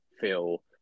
feel